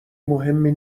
مهمی